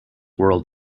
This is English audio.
world